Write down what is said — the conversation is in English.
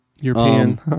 European